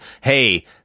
hey